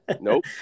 Nope